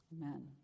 Amen